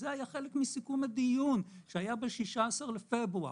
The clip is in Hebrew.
זה היה חלק מסיכום הדיון שהתקיים ב-16 לפברואר.